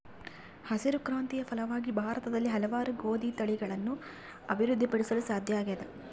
ಹಸಿರು ಕ್ರಾಂತಿಯ ಫಲವಾಗಿ ಭಾರತದಲ್ಲಿ ಹಲವಾರು ಗೋದಿ ತಳಿಗಳನ್ನು ಅಭಿವೃದ್ಧಿ ಪಡಿಸಲು ಸಾಧ್ಯ ಆಗ್ಯದ